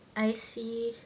I see